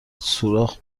سوراخ